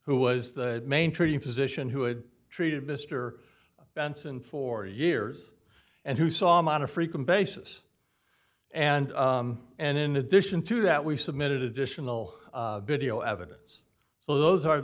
who was the main treating physician who had treated mr benson for years and who saw him on a frequent basis and and in addition to that we've submitted additional video evidence so those are